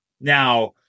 Now